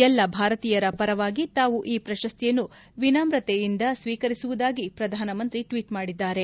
ಎಲ್ಲ ಭಾರತೀಯರ ಪರವಾಗಿ ತಾವು ಈ ಪ್ರಶಸ್ತಿಯನ್ನು ವಿನಮ್ರತೆಯಿಂದ ಸ್ವೀಕರಿಸುವುದಾಗಿ ಪ್ರಧಾನಮಂತ್ರಿ ಟ್ಲೀಟ್ ಮಾಡಿದ್ದಾರೆ